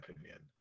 opinion